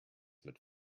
mit